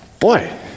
Boy